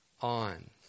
on